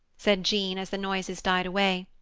said jean as the noises died away.